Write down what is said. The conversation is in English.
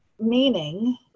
meaning